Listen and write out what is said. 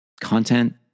content